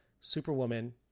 Superwoman